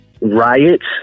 riots